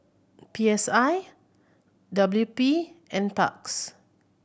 P S I W P Nparks